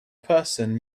person